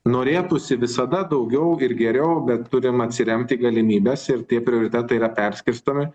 norėtųsi visada daugiau ir geriau bet turim atsiremt į galimybes ir tie prioritetai yra perskirstomi